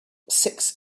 six